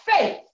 faith